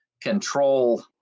control